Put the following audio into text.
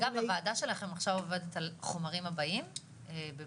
אגב הוועדה שלכם עכשיו עובדת על חומרים הבאים בבחינה,